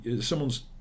someone's